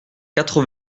quatre